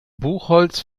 buchholz